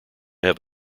have